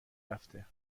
رفته